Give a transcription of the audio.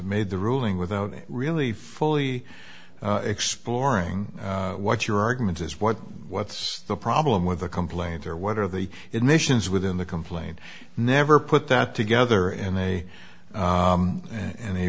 made the ruling without really fully exploring what your argument is what what's the problem with the complaint or what are the admissions within the complaint never put that together and they and